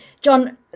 John